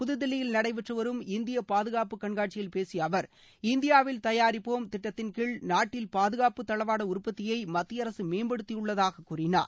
புதுதில்லியில் நடைபெற்று வரும் இந்திய பாதுகாப்பு கண்காட்சியில் பேசிய அவர் இந்தியாவில் தயாரிப்போம் திட்டத்தின்கீழ் நாட்டில் பாதுகாப்பு தளவாட உற்பத்தியை மத்திய அரசு மேப்படுத்தியுள்ளதாக கூறினார்